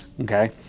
Okay